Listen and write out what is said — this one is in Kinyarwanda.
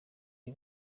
ari